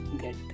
get